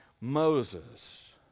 Moses